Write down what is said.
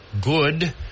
good